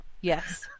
Yes